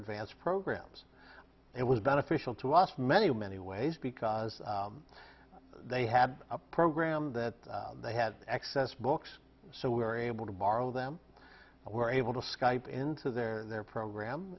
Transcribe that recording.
advanced programs it was beneficial to us many many ways because they have a program that they had access books so we were able to borrow them were able to skype into their program